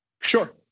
Sure